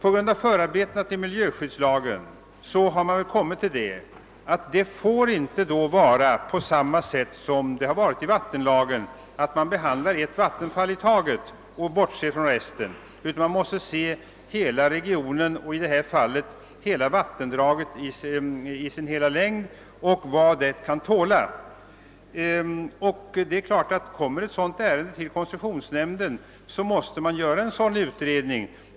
I förarbetena till miljöskyddslagen har anförts att ett miljöskyddsärende inte får behandlas på samma sätt som ett ärende enligt vattenlagen. Vid tillämpningen av vattenlagen har ett vattenfall i taget behandlats, varvid man bortsett från resten, men vid tillämpning av miljöskyddslagen måste man behandla hela regionen och i detta fall vattendraget i hela dess längd och undersöka vad det kan tåla, Det är klart att om ett sådant ärende kommer till koncessionsnämnden, måste det göras en utredning.